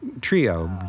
trio